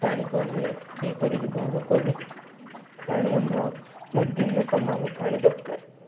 ପାଣିକୁ ଆମେ ଏହିପରି ବ୍ୟବହାର କରୁ ପାଣି ଆମର ଦିନ ତମାମ ପାଣି ଦରକାର